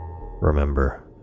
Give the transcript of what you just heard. Remember